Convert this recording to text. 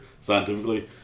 scientifically